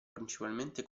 principalmente